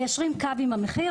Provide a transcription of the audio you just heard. מיישרים קו עם המחיר.